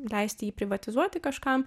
leisti jį privatizuoti kažkam